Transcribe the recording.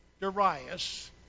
Darius